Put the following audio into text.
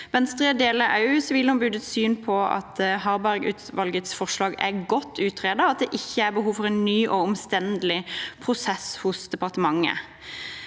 Venstre deler også Sivilombudets syn på at Harbergutvalgets forslag er godt utredet, og at det er ikke er behov for en ny og omstendelig prosess i departementet.